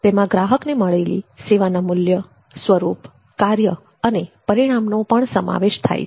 તેમાં ગ્રાહકને મળેલી સેવાના મૂલ્ય સ્વરૂપ કાર્ય અને પરિણામનો પણ સમાવેશ થાય છે